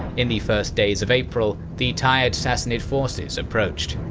in the first days of april, the tired sassanid forces approached.